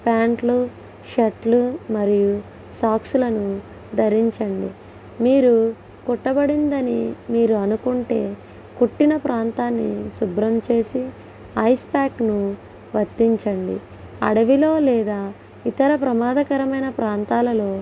ప్యాంట్లు షర్టులు మరియు సాక్స్లను ధరించండి మీరు కుట్టబడిందని మీరు అనుకుంటే కుట్టిన ప్రాంతాన్ని శుభ్రం చేసి ఐస్ ప్యాక్ను ఒత్తించండి అడవిలో లేదా ఇతర ప్రమాదకరమైన ప్రాంతాలలో